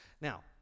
now